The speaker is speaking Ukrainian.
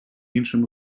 іншим